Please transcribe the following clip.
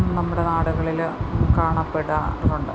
നമ്മുടെ നാടുകളിൽ കാണപ്പെടാറുണ്ട്